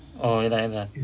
oh iya lah iya lah